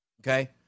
Okay